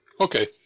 Okay